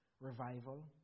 revival